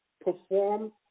perform